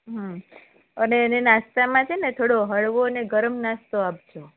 હમ્મ અને એને નાસ્તામાં છે ને થોડો હળવો અને ગરમ નાસ્તો આપજો